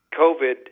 COVID